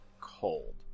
cold